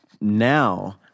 Now